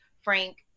Frank